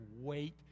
wait